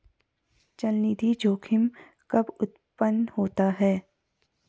चलनिधि जोखिम कब उत्पन्न होता है?